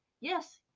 yes